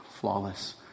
flawless